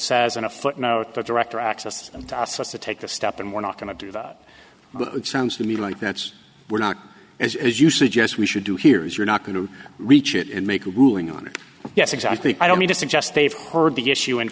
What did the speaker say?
says in a footnote the director access them to ask us to take a step and we're not going to do that but it sounds to me like that's were not as you suggest we should do here is you're not going to reach it and make a ruling on yes exactly i don't mean to suggest they've heard the issue and